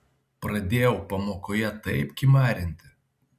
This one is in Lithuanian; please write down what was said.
pradėjau pamokoje taip kimarinti